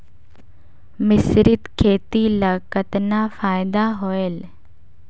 मिश्रीत खेती ल कतना फायदा होयल?